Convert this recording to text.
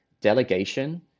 delegation